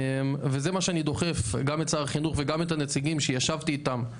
וזה מה שאני דוחף גם את שר החינוך וגם את הנציגים שאני ישבתי איתם,